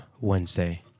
Wednesday